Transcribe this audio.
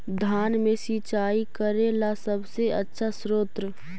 धान मे सिंचाई करे ला सबसे आछा स्त्रोत्र?